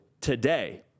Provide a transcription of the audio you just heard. today